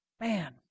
man